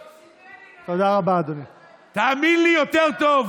יוסי ביילין היה שר הדתות.